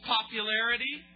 Popularity